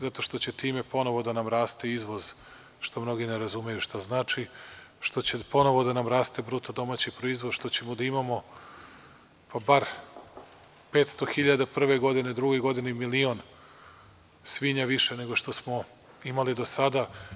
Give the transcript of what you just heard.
Zato što će time ponovo da nam raste izvoz, što mnogi ne razumeju šta znači, kao i što će ponovo da nam raste BDP, što ćemo da imamo bar 500.000 prve godine, a u drugoj godini milion svinja više nego što smo imali do sada.